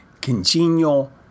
congenial